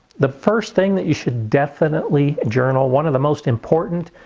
the first thing that you should definitely journal, one of the most important,